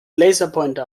laserpointer